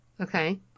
Okay